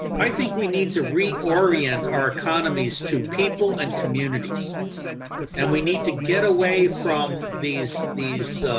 i think we need to reorient our economies to people and communities and we need to get away from these, these,